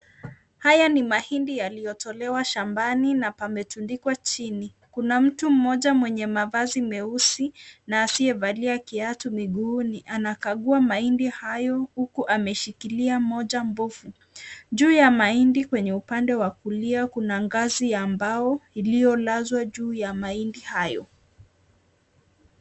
Haya ni mahindi yaliyotolewa shambani na pametundikwa chini. Kuna mtu mmoja mwenye mavazi meusi na asiyevalia kiatu miguuni anakagua mahindi hayo uku ameshikilia moja mbovu. Juu ya mahindi kwenye upande wa kulia kuna gazi ambao iliolazwa juu ya mahindi hayo.